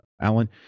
Alan